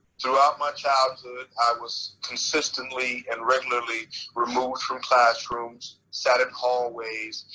throughout my childhood i was consistently and regularly removed from classrooms. sat at hallways,